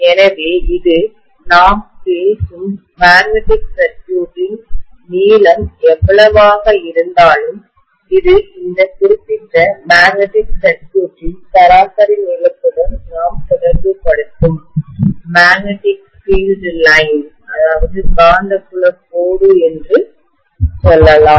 எனவே இது நாம் பேசும் மேக்னெட்டிக் சர்க்யூட்டின் நீளம் எவ்வளவாக இருந்தாலும் இது இந்த குறிப்பிட்ட மேக்னெட்டிக் சர்க்யூட்டின் சராசரி நீளத்துடன் நாம் தொடர்புபடுத்தும் மேக்னெட்டிக் பீல்டு லைன் காந்தப்புலக் கோடு என்று சொல்லலாம்